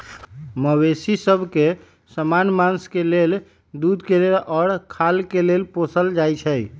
मवेशि सभ के समान्य मास के लेल, दूध के लेल आऽ खाल के लेल पोसल जाइ छइ